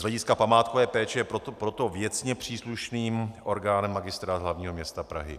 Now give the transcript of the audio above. Z hlediska památkové péče je proto věcně příslušným orgánem Magistrát hlavního města Prahy.